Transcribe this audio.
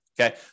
okay